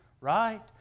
right